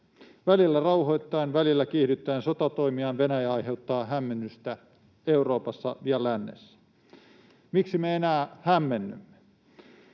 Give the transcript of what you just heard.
Välillä rauhoittaen, välillä kiihdyttäen sotatoimiaan Venäjä aiheuttaa hämmennystä Euroopassa ja lännessä. Miksi me enää hämmennymme?